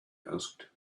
asked